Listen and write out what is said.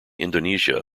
indonesia